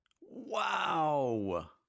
Wow